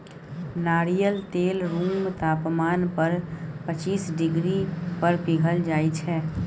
नारियल तेल रुम तापमान पर पचीस डिग्री पर पघिल जाइ छै